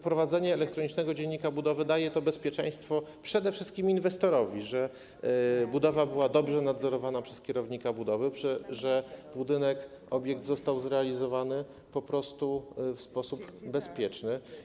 Prowadzenie elektronicznego dziennika budowy daje to bezpieczeństwo przede wszystkim inwestorowi, że budowa była dobrze nadzorowana przez kierownika budowy, że budynek, obiekt został zrealizowany po prostu w sposób bezpieczny.